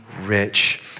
rich